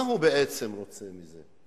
מה הוא בעצם רוצה מזה?